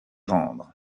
rendre